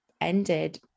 ended